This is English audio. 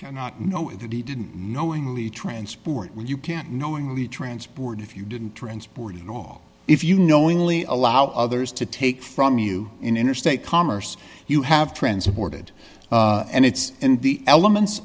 cannot know that he didn't knowingly transport when you can't knowingly transport if you didn't transporting all if you knowingly allow others to take from you in interstate commerce you have friends aborted and it's in the elements